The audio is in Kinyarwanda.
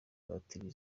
batiri